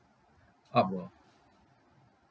up lor